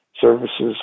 services